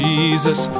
Jesus